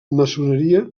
maçoneria